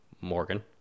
Morgan